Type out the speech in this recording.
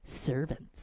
servants